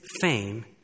fame